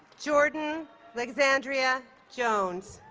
jordan lexandria jones